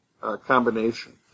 combination